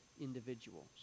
individuals